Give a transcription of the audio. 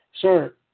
sir